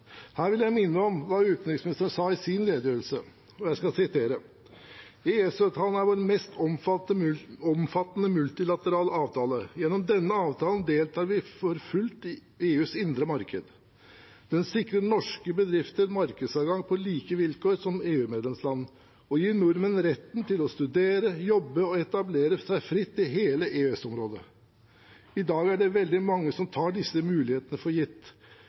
Her vil jeg minne om hva utenriksministeren sa i sin redegjørelse: «EØS-avtalen er vår mest omfattende multilaterale avtale. Gjennom denne avtalen deltar vi for fullt i EUs indre marked. Den sikrer norske bedrifter markedsadgang på like vilkår som EUs medlemsland og gir nordmenn retten til å studere, jobbe og etablere seg fritt i hele EØS-området. I dag er det veldig mange som tar disse mulighetene for gitt.